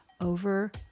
over